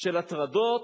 של הטרדות,